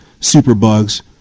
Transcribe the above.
superbugs